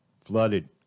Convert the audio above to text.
flooded